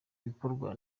bikorwa